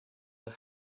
the